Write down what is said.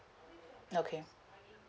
okay